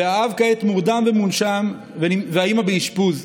והאב כעת מורדם ומונשם והאימא באשפוז,